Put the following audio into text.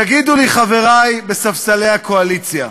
תגידו לי, חברי בספסלי הקואליציה: